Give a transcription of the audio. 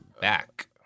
back